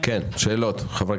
חברי הכנסת, שאלות.